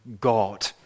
God